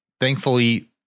thankfully